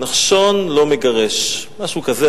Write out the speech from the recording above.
"נחשון לא מגרש" משהו כזה,